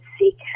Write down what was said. seek